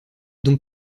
donc